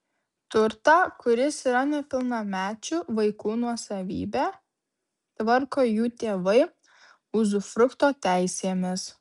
turtą kuris yra nepilnamečių vaikų nuosavybė tvarko jų tėvai uzufrukto teisėmis